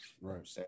Right